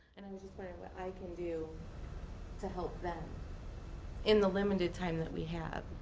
and i'm just wondering what i can do to help them in the limited time that we have.